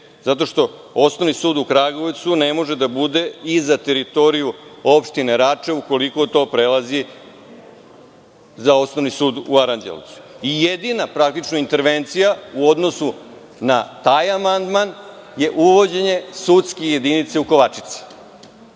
zato što Osnovni sud u Kragujevcu ne može da bude i za teritoriju opštine Rača ukoliko to prelazi za Osnovni sud u Aranđelovcu. Jedina praktično intervencija u odnosu na taj amandman je uvođenje sudske jedinice u Kovačici,